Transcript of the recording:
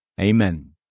Amen